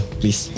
please